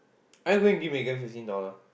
are you going to give Megan fifteen dollar